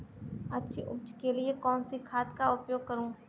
अच्छी उपज के लिए कौनसी खाद का उपयोग करूं?